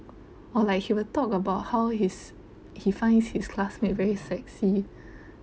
or like he will talk about how his he finds his classmate very sexy